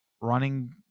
running